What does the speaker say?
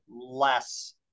less